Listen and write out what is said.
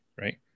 right